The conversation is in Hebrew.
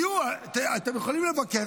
אתם יכולים לבקר,